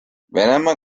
venemaa